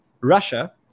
Russia